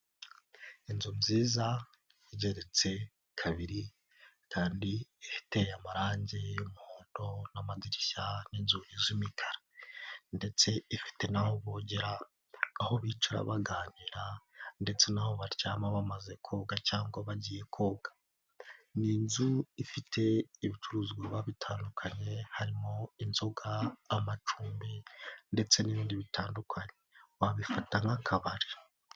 Inzu nziza igeretse kabiri kandi ifite amarangi y'umuhondo n'amadirishya n'inzugi zimikara. Ndetse ifite naho bogera, aho bicara baganira ndetse n'aho baryama bamaze koga cyangwa bagiye koga. Ni inzu ifite ibicuruzwa babitandukanye harimo inzoga, amacumbi ndetse n'ibindi bitandukanye. Wabifata nk'akabari.